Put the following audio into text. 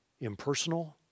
impersonal